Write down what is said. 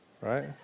right